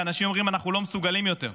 שאנשים אומרים: אנחנו לא מסוגלים יותר.